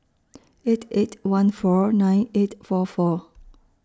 eight eight one four nine eight four four